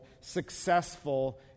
successful